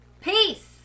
Peace